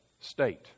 state